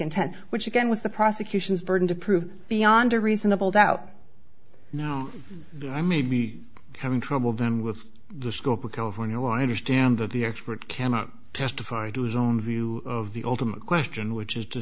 intent which again was the prosecution's burden to prove beyond a reasonable doubt no i may be having trouble then with the scope of california wider standard the expert cannot testify to his own view of the ultimate question which is to